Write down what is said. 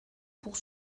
pour